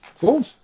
Cool